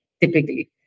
typically